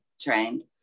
trained